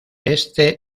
este